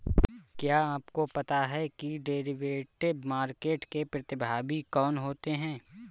क्या आपको पता है कि डेरिवेटिव मार्केट के प्रतिभागी कौन होते हैं?